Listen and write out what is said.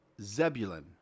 Zebulun